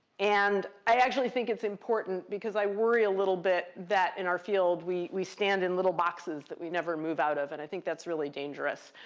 and i actually think it's important because i worry a little bit that in our field, we we stand in little boxes that we never move out of. and i think that's really dangerous.